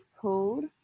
code